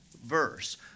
verse